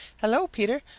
hello, peter!